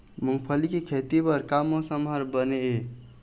मूंगफली के खेती बर का मौसम हर बने ये?